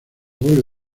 vuelve